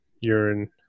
urine